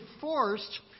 forced